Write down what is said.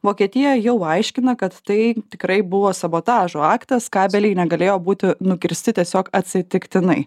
vokietija jau aiškina kad tai tikrai buvo sabotažo aktas kabeliai negalėjo būti nukirsti tiesiog atsitiktinai